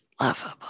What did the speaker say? lovable